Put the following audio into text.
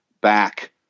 back